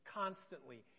constantly